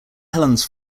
helens